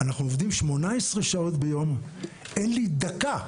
אנחנו עובדים 18 שעות ביום, אין לי דקה.